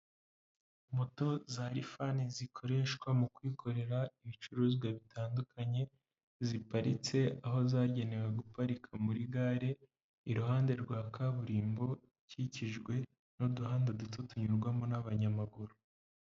Moto za rifani zikoreshwa mu kwikorera ibicuruzwa bitandukanye, ziparitse aho zagenewe guparika muri gare iruhande rwa kaburimbo ikikijwe n'uduhanda duto tunyurwamo n'abanyamaguru.